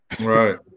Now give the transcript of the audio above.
Right